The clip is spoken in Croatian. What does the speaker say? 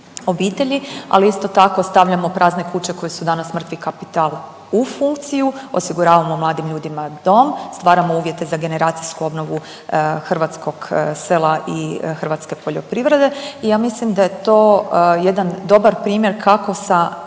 Ali isto tako ostavljamo prazne kuće koje su danas mrtvi kapital u funkciju, osiguravamo mladim ljudima dom, stvaramo uvjete za generacijsku obnovu hrvatskog sela i hrvatske poljoprivrede. I ja mislim da je to jedan dobar primjer kako sa